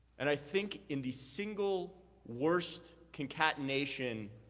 and i think in the single worst concatenation